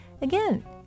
again